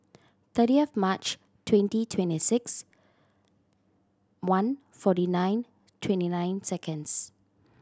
thirtieth of March twenty twenty six one forty nine twenty nine seconds